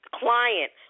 client